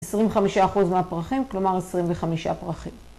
25% מהפרחים, כלומר 25 פרחים.